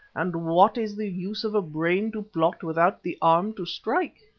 and what is the use of a brain to plot without the arm to strike?